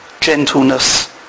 gentleness